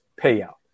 payout